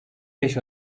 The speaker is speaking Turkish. beş